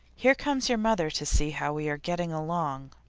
here comes your mother to see how we are getting along.